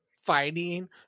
fighting